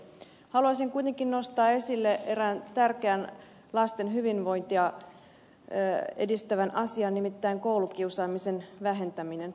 haluaisin kuitenkin nostaa esille erään tärkeän lasten hyvinvointia edistävän asian nimittäin koulukiusaamisen vähentämisen